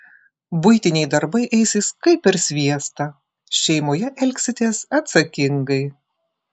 buitiniai darbai eisis kaip per sviestą šeimoje elgsitės atsakingai